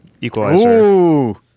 Equalizer